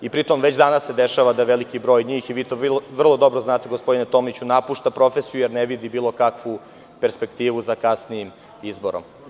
Pri tom, već danas se dešava da veliki broj njih, vi to vrlo dobro znate, gospodine Tomiću, napušta profesiju, jer ne vidi bilo kakvu perspektivu za kasnije izborom.